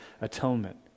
atonement